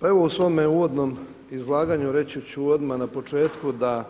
Pa evo u svome uvodnom izlaganju reći ću odmah na početku da